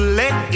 let